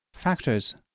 factors